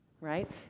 right